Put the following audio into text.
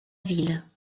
ville